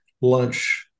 lunch